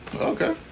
Okay